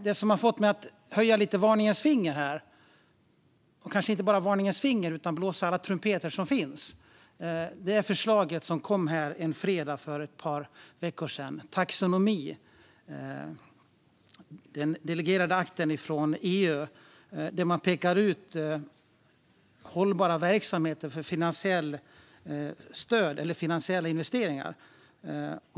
Det som har fått mig att lite höja ett varningens finger - och kanske inte bara det, utan blåsa i alla trumpeter som finns - är det förslag som kom en fredag för ett par veckor sedan om taxonomi. Det handlar om den delegerade akten från EU där man pekar ut hållbara verksamheter för finansiellt stöd eller finansiella investeringar.